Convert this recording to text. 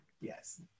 yes